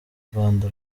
rwanda